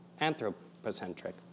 anthropocentric